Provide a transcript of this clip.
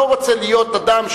אני לא רוצה להיות אדם,